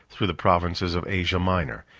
through the provinces of asia minor,